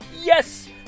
Yes